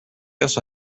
also